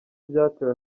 byatewe